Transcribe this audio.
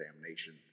damnation